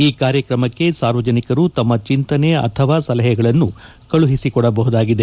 ಈ ಕಾರ್ಯಕ್ರಮಕ್ಕೆ ಸಾರ್ವಜನಿಕರು ತಮ್ಮ ಚಿಂತನೆ ಅಥವಾ ಸಲಹೆಗಳನ್ನು ಕಳುಹಿಸಿಕೊಡಬಹುದಾಗಿದೆ